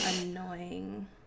annoying